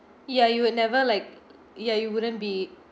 ya you would never like yeah you wouldn't be